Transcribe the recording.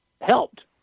helped